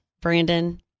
Brandon